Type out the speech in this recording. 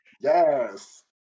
Yes